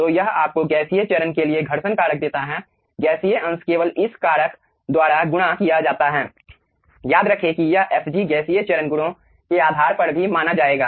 तो यह आपको गैसीय चरण के लिए घर्षण कारक देता है गैसीय अंश केवल इस कारक द्वारा गुणा किया जाता है याद रखें कि यह fg गैसीय चरण गुणों के आधार पर भी माना जाएगा